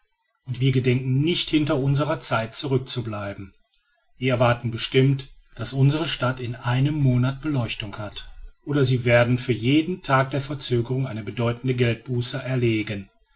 und wir gedenken nicht hinter unserer zeit zurückzubleiben wir erwarten bestimmt daß unsere stadt in einem monat beleuchtung hat oder sie werden für jeden tag der verzögerung eine bedeutende geldbuße erlegen